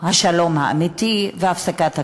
השלום האמיתי והפסקת הכיבוש.